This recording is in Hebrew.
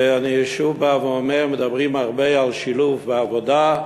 אני שוב בא ואומר, מדברים הרבה על שילוב בעבודה.